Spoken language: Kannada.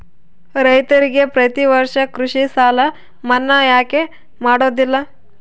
ರೈತರಿಗೆ ಪ್ರತಿ ವರ್ಷ ಕೃಷಿ ಸಾಲ ಮನ್ನಾ ಯಾಕೆ ಮಾಡೋದಿಲ್ಲ?